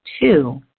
Two